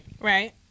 Right